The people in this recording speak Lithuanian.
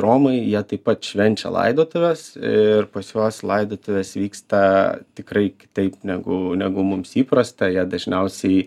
romai jie taip pat švenčia laidotuves ir pas juos laidotuvės vyksta tikrai kitaip negu negu mums įprasta jie dažniausiai